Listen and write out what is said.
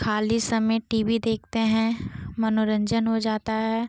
खाली समय TV देखते हैं मनोरंजन हो जाता है